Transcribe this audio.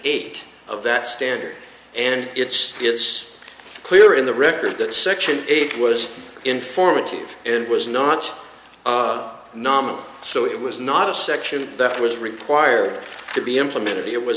eight of that standard and it's it's clear in the record that section eight was informative it was not nominal so it was not a section that was required to be implemented it was